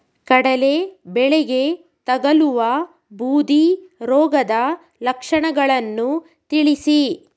ಕಡಲೆ ಬೆಳೆಗೆ ತಗಲುವ ಬೂದಿ ರೋಗದ ಲಕ್ಷಣಗಳನ್ನು ತಿಳಿಸಿ?